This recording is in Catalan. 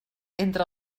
entre